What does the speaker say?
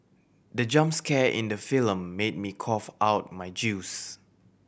the jump scare in the film made me cough out my juice